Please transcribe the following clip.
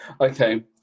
Okay